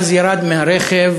ואז ירד מהרכב